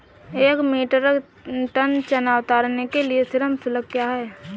एक metric ton चना उतारने के लिए श्रम शुल्क क्या है?